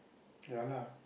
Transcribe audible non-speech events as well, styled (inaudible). (noise) ya lah